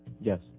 Yes